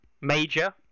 major